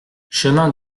chemin